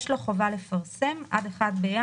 יש לו חובה לפרסם עד 1 בינואר.